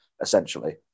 essentially